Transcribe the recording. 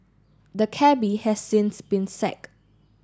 the cabby has since been sacked